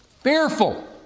fearful